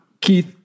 keith